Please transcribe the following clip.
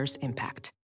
impact